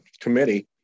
committee